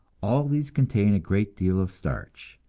all these contain a great deal of starch,